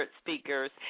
speakers